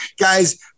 guys